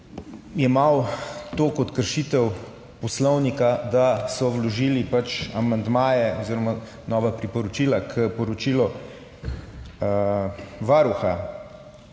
jemal kot kršitev poslovnika to, da so vložili amandmaje oziroma nova priporočila k poročilu Varuha.